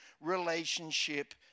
relationship